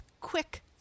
quick